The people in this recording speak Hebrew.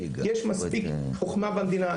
יש מספיק חוכמה במדינה.